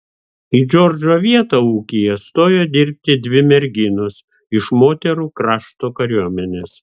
į džordžo vietą ūkyje stojo dirbti dvi merginos iš moterų krašto kariuomenės